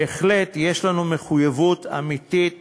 בהחלט יש לנו מחויבות אמיתית